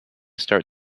start